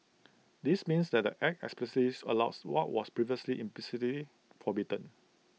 this means that the act explicitly allows what was previously implicitly forbidden